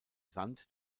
sand